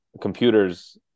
computers